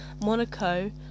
Monaco